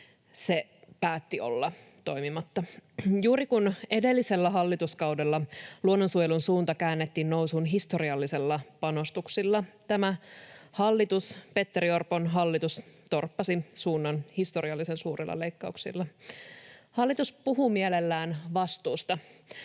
se päätti olla toimimatta. Juuri kun edellisellä hallituskaudella luonnonsuojelun suunta käännettiin nousuun historiallisilla panostuksilla, tämä Petteri Orpon hallitus torppasi suunnan historiallisen suurilla leikkauksilla. Hallitus puhuu mielellään vastuusta,